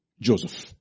Joseph